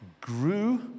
grew